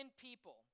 people